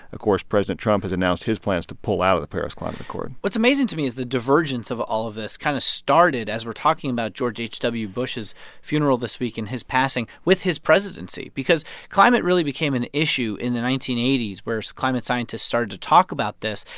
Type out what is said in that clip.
of course, president trump has announced his plans to pull out of the paris climate accord what's amazing to me is the divergence of all of this kind of started, as we're talking about george h w. bush's funeral this week and his passing, with his presidency because climate really became an issue in the nineteen eighty s, where so climate scientists started to talk about this.